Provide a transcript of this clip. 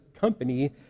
company